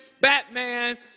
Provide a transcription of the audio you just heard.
Batman